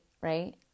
right